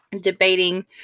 debating